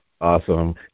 Awesome